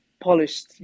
polished